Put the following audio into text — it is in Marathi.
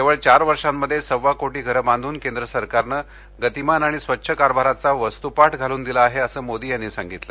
केवळ चार वर्षांमध्ये सव्वा कोटी घरं बांधून केंद्र सरकारनं गतीमान आणि स्वच्छ कारभाराचा वस्तूपाठ घालून दिला आहे असं मोदी यांनी सांगितलं